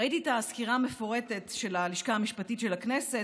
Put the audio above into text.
ראיתי את הסקירה המפורטת של הלשכה המשפטית של הכנסת